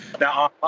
now